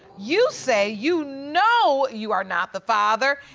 you say you know you are not the father,